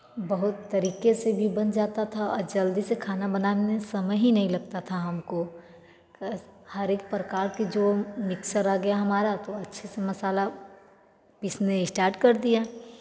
बहुत तरीके से भी बन जाता था जल्दी से खाना बनाना समय ही नहीं लगता था हमको हर एक प्रकार की जो मिक्सर आ गया हमारा तो अच्छे से मसाला पीसने स्टार्ट कर दिया